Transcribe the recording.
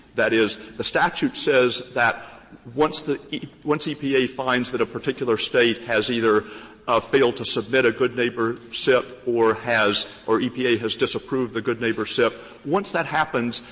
that is, the statute says that once the once epa finds that a particular state has either ah failed to submit a good neighbor sip or has, or epa has disapproved the good neighbor sip, once that happens,